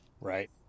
Right